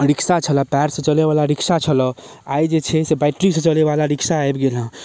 rickshaw छलऽ पैरसँ चलै बला रिक्शा छलऽ आइ जे छै से बैट्रीसँ चलै बला रिक्शा आबि गेल हँ